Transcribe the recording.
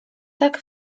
tak